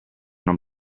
non